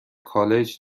کالج